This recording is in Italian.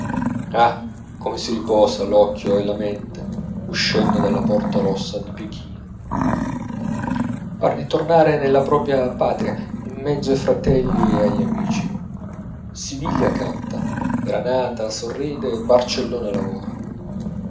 come si riposa l'occhio e la mente uscendo dalla porta rossa di pekino par di tornare nella propria patria in mezzo ai fratelli e agli amici siviglia canta granata sorride barcellona lavora